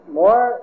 more